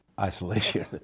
isolation